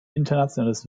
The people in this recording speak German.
internationales